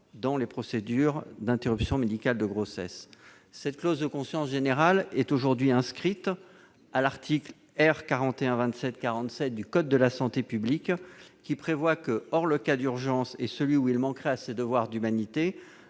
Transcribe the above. dans les procédures d'interruption médicale de grossesse. Cette clause de conscience générale est aujourd'hui inscrite à l'article R. 4127-47 du code de la santé publique qui prévoit que, « hors le cas d'urgence et celui où il manquerait à ses devoirs d'humanité,